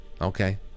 Okay